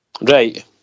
Right